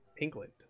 England